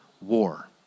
war